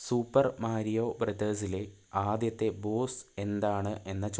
super Mario ബ്രദേഴ്സിലെ ആദ്യത്തെ boss എന്താണ് എന്ന ചോദ്യത്തിന് ഉത്തരം നൽകുക